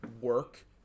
work